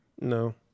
No